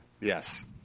Yes